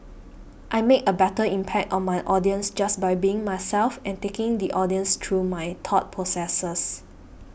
I make a better impact on my audience just by being myself and taking the audience through my thought processes